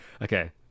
Okay